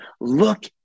look